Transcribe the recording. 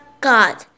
God